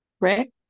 right